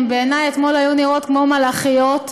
בעיני אתמול נראו כמו מלאכיות.